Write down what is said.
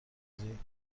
بغضی